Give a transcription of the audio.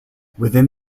within